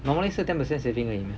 normally 是 ten percent saving 而已 meh